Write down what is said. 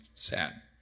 Sad